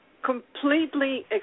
Completely